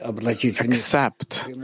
accept